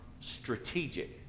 strategic